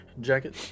jacket